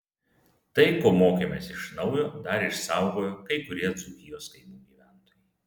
tai ko mokomės iš naujo dar išsaugojo kai kurie dzūkijos kaimų gyventojai